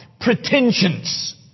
pretensions